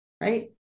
Right